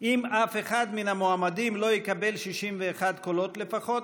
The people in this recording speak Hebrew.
אם אף אחד מן המועמדים לא יקבל 61 קולות לפחות,